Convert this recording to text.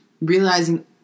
realizing